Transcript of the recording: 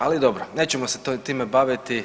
Ali dobro, nećemo se time baviti.